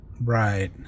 Right